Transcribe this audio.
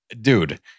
Dude